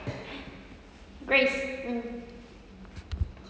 grace mm